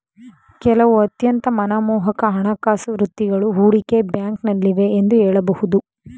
ಕೆಲವು ಅತ್ಯಂತ ಮನಮೋಹಕ ಹಣಕಾಸು ವೃತ್ತಿಗಳು ಹೂಡಿಕೆ ಬ್ಯಾಂಕ್ನಲ್ಲಿವೆ ಎಂದು ಹೇಳಬಹುದು